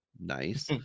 nice